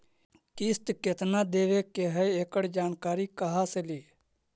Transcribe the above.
किस्त केत्ना देबे के है एकड़ जानकारी कहा से ली?